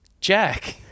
Jack